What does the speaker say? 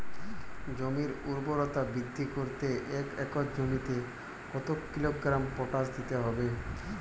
জমির ঊর্বরতা বৃদ্ধি করতে এক একর জমিতে কত কিলোগ্রাম পটাশ দিতে হবে?